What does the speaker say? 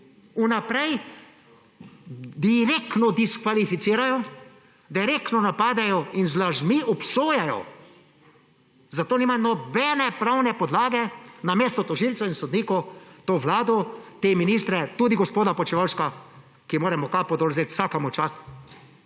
Vnaprej direktno diskvalificirajo, direktno napadajo in z lažmi obsojajo, za to nimajo nobene pravne podlage namesto tožilcev in sodnikov to vlado, te ministre, tudi gospoda Počivalška, ki moramo kapo dol vzeti, vsaka mu čast,